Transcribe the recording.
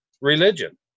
religion